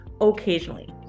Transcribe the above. occasionally